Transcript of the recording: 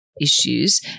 issues